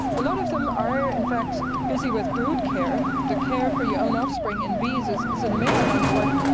a lot of them are in fact busy with brood care, the care for your own offspring. in bees it's an immense amount of work.